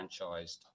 franchised